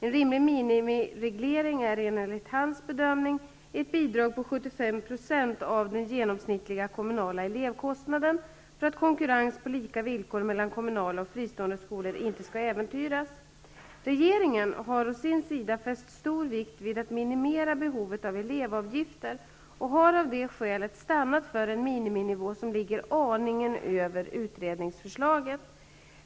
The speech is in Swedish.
En rimlig minimireglering är enligt hans bedömning ett bidrag på 75 % av den genomsnittliga kommunala elevkostnaden för att konkurrens på lika villkor mellan kommunala och fristående skolor inte skall äventyras. Regeringen har å sin sida fäst stor vikt vid att minimera behovet av elevavgifter och har av det skälet stannat för en miniminivå som ligger aningen över utredningsförslaget.